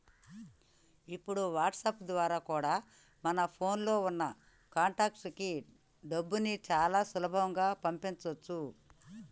ఇప్పుడు వాట్సాప్ ద్వారా కూడా మన ఫోన్ లో ఉన్న కాంటాక్ట్స్ కి డబ్బుని చాలా సులభంగా పంపించొచ్చు